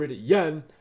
yen